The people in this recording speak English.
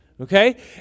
okay